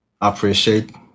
appreciate